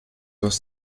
was